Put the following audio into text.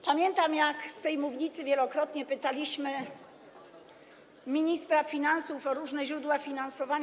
Pamiętam, jak z tej mównicy wielokrotnie pytaliśmy ministra finansów o różne źródła finansowania.